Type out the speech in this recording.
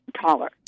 taller